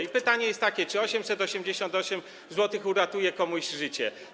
I pytanie jest takie: Czy 888 zł uratuje komuś życie?